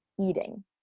eating